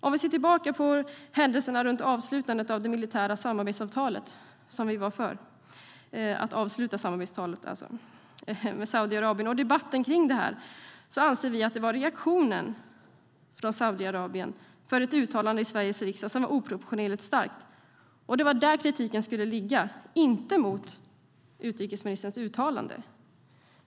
När det gäller händelserna runt avslutandet av det militära samarbetsavtalet med Saudiarabien - vi var för att avsluta det - och debatten kring det anser vi att det var Saudiarabiens reaktion på ett uttalande i Sveriges riksdag som var oproportionerligt stark. Det var där kritiken skulle ligga, inte mot utrikesministerns uttalande.